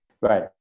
Right